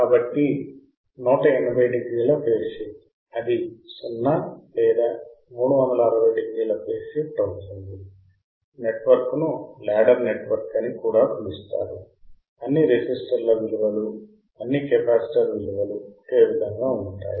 కాబట్టి 180 డిగ్రీల phase shift అది 0 లేదా 360 డిగ్రీల ఫేజ్ షిఫ్ట్ అవుతుంది నెట్వర్క్ను లాడర్ నెట్వర్క్ అని కూడా పిలుస్తారు అన్ని రెసిస్టర్ల విలువలు అన్ని కెపాసిటర్ విలువలు ఒకే విధంగా ఉంటాయి